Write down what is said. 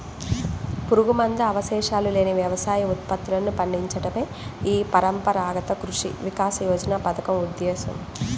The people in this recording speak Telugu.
పురుగుమందు అవశేషాలు లేని వ్యవసాయ ఉత్పత్తులను పండించడమే ఈ పరంపరాగత కృషి వికాస యోజన పథకం ఉద్దేశ్యం